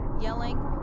yelling